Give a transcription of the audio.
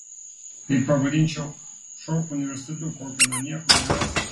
tai pavadinčiau šou universitetu kokio na niekur nerasi